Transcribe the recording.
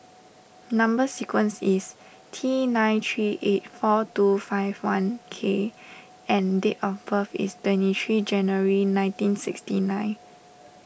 Number Sequence is T nine three eight four two five one K and date of birth is twenty three January nineteen sixty nine